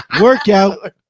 Workout